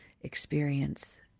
experience